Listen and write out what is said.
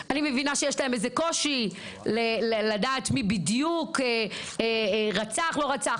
אני מבינה שיש להם איזה קושי לדעת מי בדיוק רצח או לא רצח.